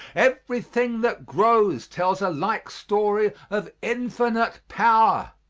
everything that grows tells a like story of infinite power.